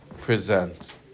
present